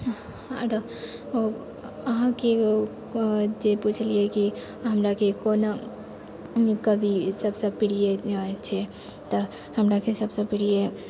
आओर अहाँ जे पुछलिए कि हमराके कोन कवि सबसँ प्रिय छै तऽ हमराके सबसँ प्रिय